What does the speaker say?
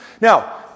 Now